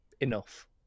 enough